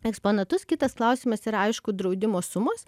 eksponatus kitas klausimas yra aišku draudimo sumos